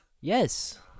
yes